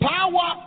Power